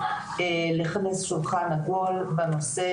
לכנס שולחן עגול בנושא,